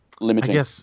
limiting